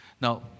Now